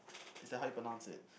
is that how you pronounce it